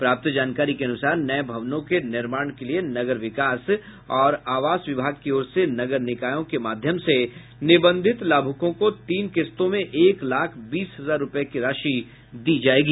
प्राप्त जानकारी के अनुसार नये भवनों के निर्माण के लिए नगर विकास और आवास विभाग की ओर से नगर निकायों के माध्यम से निबंधित लाभुकों को तीन किस्तों में एक लाख बीस हजार रूपये की राशि दी जायेगी